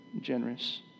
generous